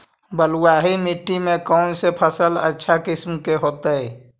बलुआही मिट्टी में कौन से फसल अच्छा किस्म के होतै?